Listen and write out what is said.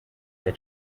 they